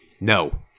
No